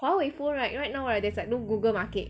Huawei phone right right now right there's like no Google market